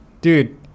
dude